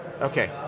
Okay